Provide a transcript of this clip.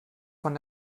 von